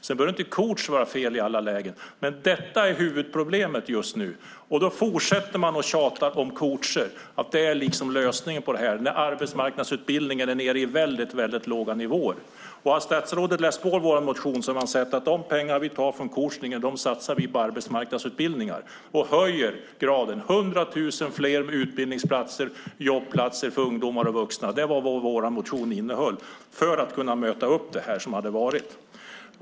Det behöver inte vara fel i alla lägen med en coach, men detta är huvudproblemet just nu, och ändå fortsätter man att tjata om coacher och säger att det liksom är lösningen, när arbetsmarknadsutbildningen är nere på mycket låga nivåer. Hade statsrådet läst på i vår motion hade hon sett att de pengar som vi tar från coachningen satsar vi på arbetsmarknadsutbildningar och höjer utbildningsgraden. 100 000 fler utbildningsplatser och jobbplatser för ungdomar och vuxna var vad vår motion innehöll, för att kunna möta upp mot den situation som hade varit.